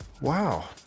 Wow